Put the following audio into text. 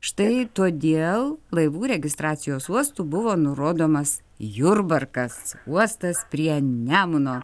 štai todėl laivų registracijos uostu buvo nurodomas jurbarkas uostas prie nemuno